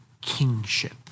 kingship